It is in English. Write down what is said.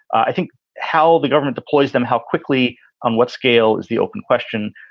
i think how the government deploys them, how quickly on what scale is the open question?